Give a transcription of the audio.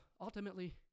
ultimately